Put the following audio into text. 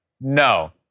No